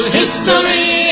history